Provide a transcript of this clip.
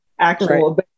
actual